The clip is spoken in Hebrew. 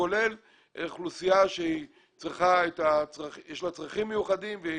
כולל אוכלוסייה שיש לה צרכים מיוחדים והיא